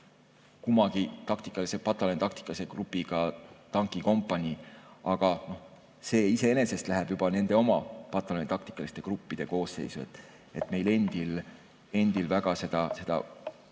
pataljoni, taktikalise grupiga tankikompanii, aga see iseenesest läheb juba nende oma pataljoni taktikaliste gruppide koosseisu, meil endil väga seda